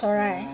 চৰাই